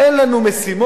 אין לנו משימות?